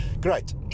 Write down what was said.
great